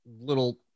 little